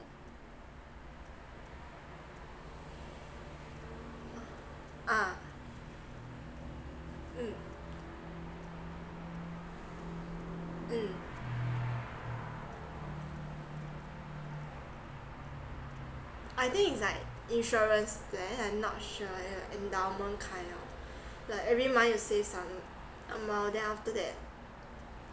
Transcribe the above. ah mm mm I think it's like insurance then I'm not sure like endowment kind oh like every month you save some amount then after that